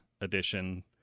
edition